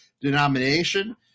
denomination